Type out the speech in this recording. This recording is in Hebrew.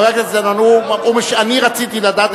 אני רציתי לדעת,